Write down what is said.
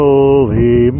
Holy